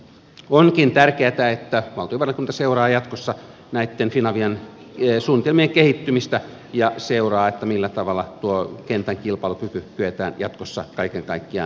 onkin tärkeätä että valtiovarainvaliokunta seuraa jatkossa näitten finavian suunnitelmien kehittymistä ja seuraa millä tavalla tuo kentän kilpailukyky kyetään jatkossa kaiken kaikkiaan säilyttämään